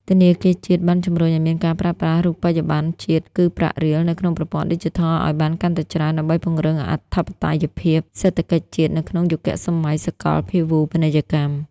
ធនាគារជាតិបានជម្រុញឱ្យមានការប្រើប្រាស់ រូបិយបណ្ណជាតិ គឺប្រាក់រៀល នៅក្នុងប្រព័ន្ធឌីជីថលឱ្យបានកាន់តែច្រើន ដើម្បីពង្រឹងអធិបតេយ្យភាពសេដ្ឋកិច្ចជាតិនៅក្នុងយុគសម័យសកលភាវូបនីយកម្ម។